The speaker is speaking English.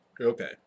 Okay